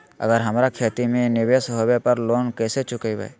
अगर हमरा खेती में निवेस होवे पर लोन कैसे चुकाइबे?